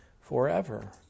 forever